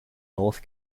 north